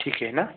ठीक है ना